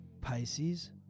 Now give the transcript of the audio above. Pisces